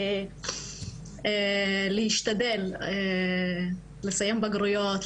להשתדל לסיים בגרויות,